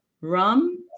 rum